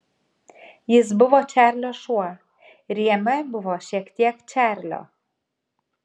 jis buvo čarlio šuo ir jame buvo šiek tiek čarlio